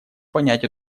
понять